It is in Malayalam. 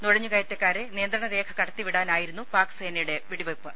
നുഴ ഞ്ഞുകയറ്റക്കാരെ നിയന്ത്രണരേഖ കടത്തിവിടാനായി രുന്നു പാക് സേനയുടെ വെടിവെയ്പ്